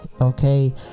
Okay